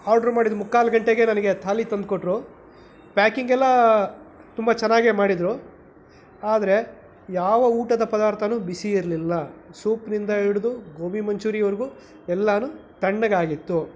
order ಮಾಡಿದ ಮುಕ್ಕಾಲು ಗಂಟೆಗೇ ನನಗೆ ಥಾಲಿ ತಂದುಕೊಟ್ರು ಪ್ಯಾಕಿಂಗ್ ಎಲ್ಲ ತುಂಬ ಚೆನ್ನಾಗೇ ಮಾಡಿದ್ದರು ಆದರೆ ಯಾವ ಊಟದ ಪದಾರ್ಥನೂ ಬಿಸಿ ಇರಲಿಲ್ಲ ಸೂಪ್ನಿಂದ ಹಿಡ್ದು ಗೋಭಿ ಮಂಚೂರಿವರೆಗೂ ಎಲ್ಲನೂ ತಣ್ಣಗಾಗಿತ್ತು